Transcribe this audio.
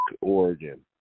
Oregon